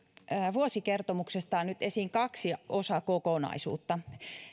vuosikertomuksesta nyt esiin kaksi osakokonaisuutta